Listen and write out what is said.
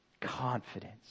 Confidence